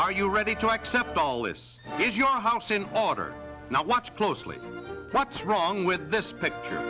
are you ready to accept all this is your house in order now watch closely what's wrong with this picture